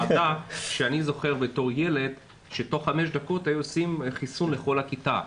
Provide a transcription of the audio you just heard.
שאני זוכר בתור ילד שתוך חמש דקות היו עושים חיסון לכל הכיתה.